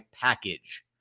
package